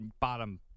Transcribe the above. bottom